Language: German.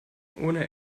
ohne